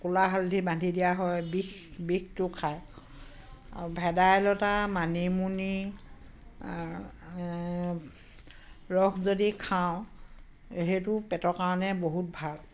ক'লা হালধি বান্ধি দিয়া হয় বিষ বিষটো খায় আৰু ভেদাইলতা মানিমুনি ৰস যদি খাওঁ সেইটো পেটৰ কাৰণে বহুত ভাল